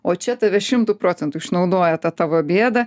o čia tave šimtu procentų išnaudoja tą tavo bėdą